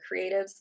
creatives